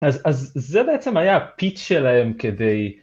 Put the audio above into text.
‫אז זה בעצם היה הפיט שלהם כדי...